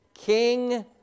King